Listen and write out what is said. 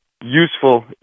useful